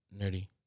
nerdy